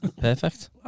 Perfect